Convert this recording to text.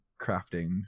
crafting